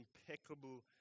impeccable